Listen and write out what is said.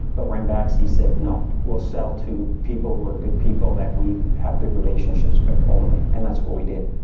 but ranbaxy said, no, we'll sell to people who are good people, that we have good relationships with only, and that's what we did.